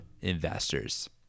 investors